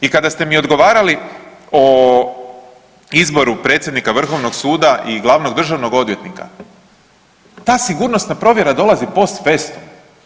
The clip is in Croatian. I kada ste mi odgovarali o izboru predsjednika Vrhovnog suda i Glavnog državnog odvjetnika, ta sigurnosna provjera dolazi post festum.